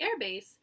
airbase